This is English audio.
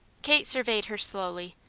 kate surveyed her slowly.